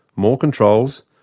more controls,